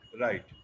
Right